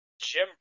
jim